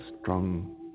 strong